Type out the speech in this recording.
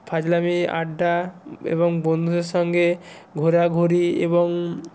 ফাজলামি আড্ডা এবং বন্ধুদের সঙ্গে ঘোরাঘুরি এবং